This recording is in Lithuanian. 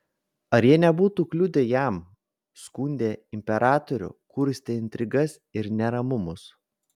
ar jie nebūtų kliudę jam skundę imperatoriui kurstę intrigas ir neramumus